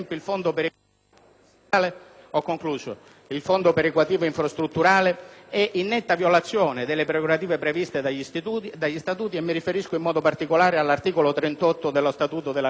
secondo luogo, il fondo perequativo infrastrutturale è in netta violazione delle prerogative previste dagli Statuti. Mi riferisco in modo particolare all'articolo 38 dello Statuto della Regione siciliana